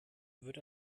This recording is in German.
wird